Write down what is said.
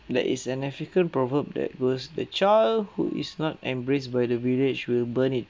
there is an african proverb that goes the child who is not embraced by the village will burn it